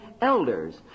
elders